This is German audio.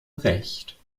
recht